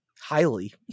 highly